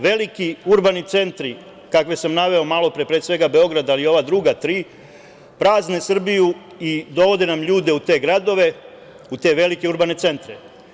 Veliki urbani centri, kakve sam naveo malopre, pre svega Beograda, ali i ova druga tri, prazne Srbiju i dovode nam ljude u te gradove, u te velike urbane centre.